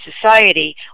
society